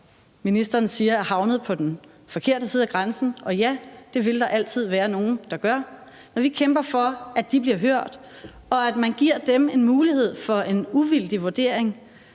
ministeren siger er havnet på den forkerte side af grænsen – ja, det vil der altid være nogle der gør – bliver hørt, og at man giver dem en mulighed for en uvildig vurdering,